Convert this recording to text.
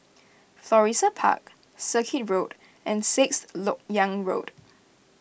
Florissa Park Circuit Road and Sixth Lok Yang Road